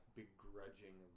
begrudging